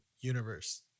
universe